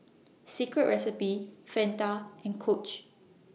Secret Recipe Fanta and Coach